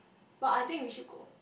but I think we should go